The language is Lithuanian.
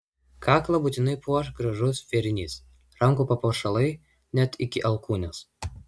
kaklą būtinai puoš gražus vėrinys rankų papuošalai net iki alkūnės